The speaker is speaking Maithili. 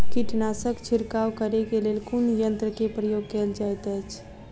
कीटनासक छिड़काव करे केँ लेल कुन यंत्र केँ प्रयोग कैल जाइत अछि?